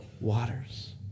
waters